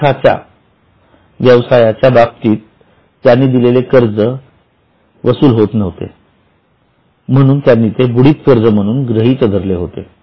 सीथा व्य व्यवसायाच्या बाबतीत त्यांनी दिलेले कर्ज होत नव्हते म्हणून त्यांनी ते बुडीत कर्ज म्हणून गृहीत धरले होते